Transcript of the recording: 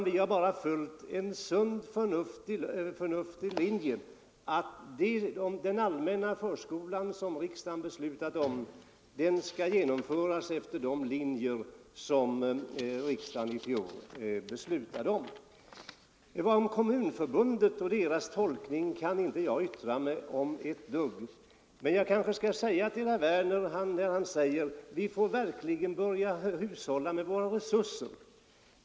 Vi har bara följt den förnuftiga linje som riksdagen beslutade i fjol att den allmänna förskolan skulle genomföras efter. Om Kommunförbundet och dess tolkning kan jag inte yttra mig. Men herr Werner säger att vi får verkligen börja hushålla med våra resurser.